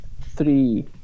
three